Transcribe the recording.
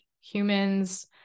humans